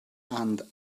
and